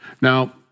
now